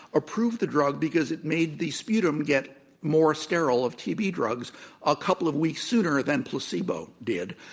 approved the drug because it made the sputum get more sterile of tb drugs a couple of weeks sooner than placebo did.